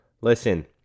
listen